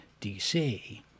DC